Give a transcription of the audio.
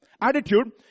attitude